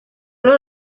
los